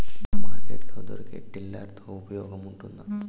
Market లో దొరికే tiller తో ఉపయోగం ఉంటుందా?